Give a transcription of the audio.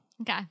Okay